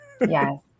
Yes